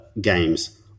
games